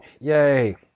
Yay